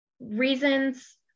reasons